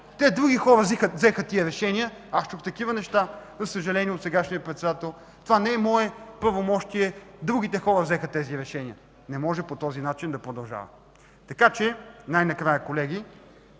Други хора взеха такива решения”. Аз чух такива неща, за съжаление, от сегашния председател – „Това не е мое правомощие. Другите хора взеха тези решения”. Не може по този начин да продължава! Най-накрая, колеги,